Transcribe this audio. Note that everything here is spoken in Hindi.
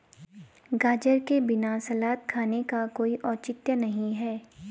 गाजर के बिना सलाद खाने का कोई औचित्य नहीं है